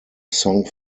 song